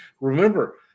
remember